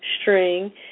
string